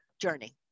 journey